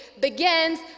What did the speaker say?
begins